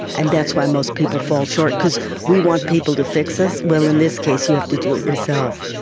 and that's why most people fall short, because we want people to fix us. well, in this case you have to do it yourself.